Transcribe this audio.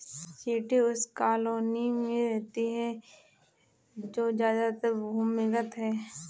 चींटी उस कॉलोनी में रहती है जो ज्यादातर भूमिगत है